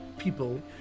people